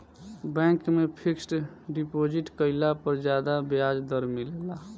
bank में fixed deposit कईला पर ज्यादा ब्याज दर मिलेला